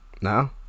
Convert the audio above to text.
no